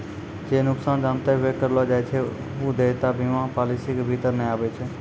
जे नुकसान जानते हुये करलो जाय छै उ देयता बीमा पालिसी के भीतर नै आबै छै